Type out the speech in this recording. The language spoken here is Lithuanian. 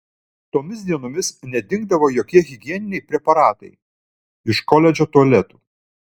tomis dienomis nedingdavo jokie higieniniai preparatai iš koledžo tualetų